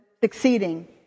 succeeding